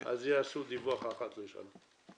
אז יעשו דיווח אחת לשנה.